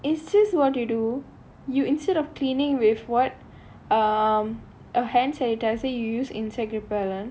is this what you do you instead of cleaning with what um a hand sanitiser you use insect repellent